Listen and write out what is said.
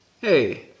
hey